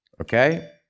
okay